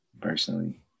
personally